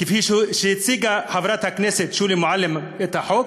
כפי שהציגה חברת הכנסת שולי מועלם את החוק,